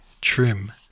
trim